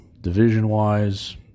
division-wise